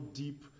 deep